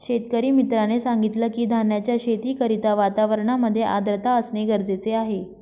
शेतकरी मित्राने सांगितलं की, धान्याच्या शेती करिता वातावरणामध्ये आर्द्रता असणे गरजेचे आहे